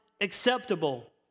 acceptable